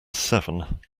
seven